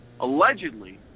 allegedly